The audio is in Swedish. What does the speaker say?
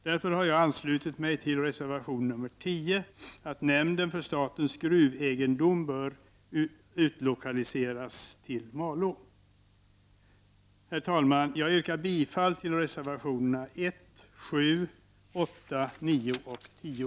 Därför har jag anslutit mig till reservation 10, i vilken hävdas att nämnden för statens gruvegendom bör utlokaliseras till Malå. Herr talman! Jag yrkar bifall till reservationerna 1, 7, 8, 9 och 10.